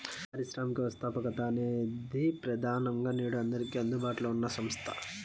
పారిశ్రామిక వ్యవస్థాపకత అనేది ప్రెదానంగా నేడు అందరికీ అందుబాటులో ఉన్న వ్యవస్థ